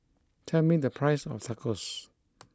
tell me the price of Tacos